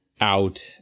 out